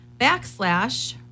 backslash